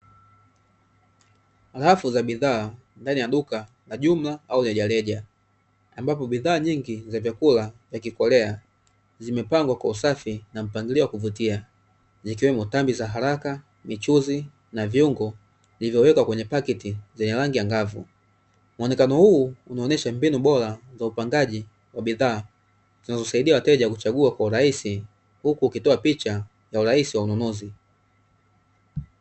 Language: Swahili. Rafu za bidhaa ndani ya duka la jumla au rejareja, ambapo bidhaa nyingi za vyakula vya kikorea, zimepangwa kwa usafi na mpangilio wa kuvutia, zikiwemo tambi za haraka, mchuzi na viungo vilivyowekwa kwenye paketi zenye rangi angavu. Muonekeno huu unaonesha mbinu bora za upangaji wa bidhaa, zinazosaidia wateja kuchagua kwa urahisi, huku ukitoa picha ya urahisi wa ununuzi.